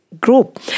group